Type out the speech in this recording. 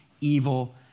evil